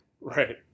right